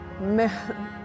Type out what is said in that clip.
man